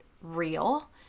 real